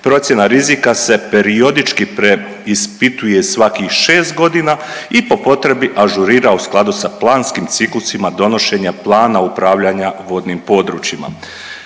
Procjena rizika se periodički preispituje svakih 6 godina i po potrebi ažurira u skladu sa planskim ciklusima donošenje plana upravljanja vodnim područjima.